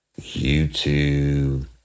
YouTube